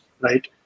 right